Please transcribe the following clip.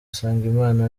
usengimana